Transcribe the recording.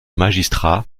magistrat